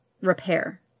repair